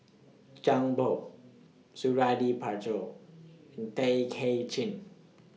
Zhang Bohe Suradi Parjo Tay Kay Chin